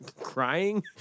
Crying